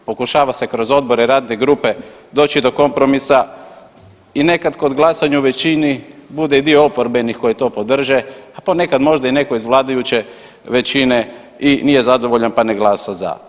Pokušava se kroz odbore i radne grupe doći do kompromisa i nekad kod glasanja u većini bude i dio oporbenih koji to podrže, a ponekad možda i netko iz vladajuće većine i nije zadovoljan, pa ne glasa za.